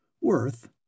Worth